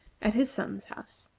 at his son's house.